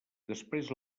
després